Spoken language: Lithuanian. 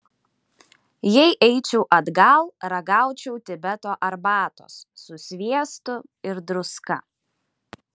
jei eičiau atgal ragaučiau tibeto arbatos su sviestu ir druska